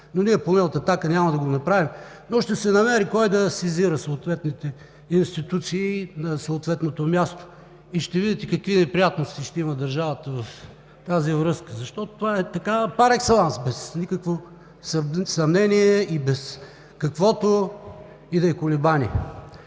поне няма да го направим, но ще се намери кой да сезира съответните институции на съответното място и ще видите какви неприятности ще има държавата в тази връзка. Защото това е парекселанс, без никакво съмнение и без каквото и да е колебание.